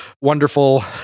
wonderful